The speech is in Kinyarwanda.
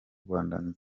rwanda